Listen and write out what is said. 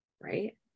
Right